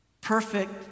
perfect